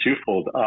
twofold